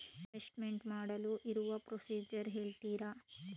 Investment ಮಾಡಲು ಇರುವ procedure ಹೇಳ್ತೀರಾ?